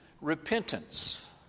repentance